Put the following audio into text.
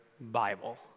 Bible